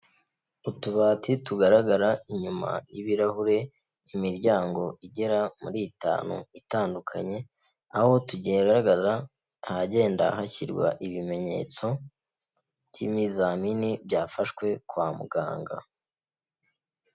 Utubati tugaragara inyuma y'ibirahure, imiryango igera muri itanu itandukanye, aho tugegaragara ahagenda hashyirwa ibimenyetso by'imizamini byafashwe kwa muganga.